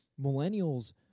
millennials